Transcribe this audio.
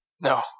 No